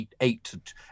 eight